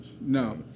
No